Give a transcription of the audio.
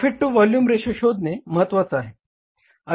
profit to volume ratio शोधणे महत्वाचा आहे